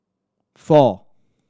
four